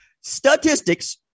Statistics